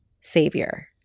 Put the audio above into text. savior